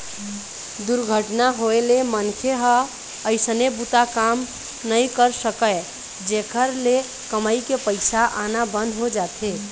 दुरघटना होए ले मनखे ह अइसने बूता काम नइ कर सकय, जेखर ले कमई के पइसा आना बंद हो जाथे